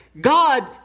God